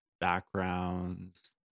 backgrounds